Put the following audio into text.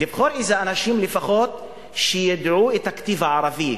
לבחור לזה אנשים שלפחות ידעו את הכתיב הערבי.